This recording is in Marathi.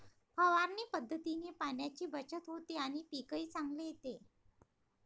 फवारणी पद्धतीने पाण्याची बचत होते आणि पीकही चांगले येते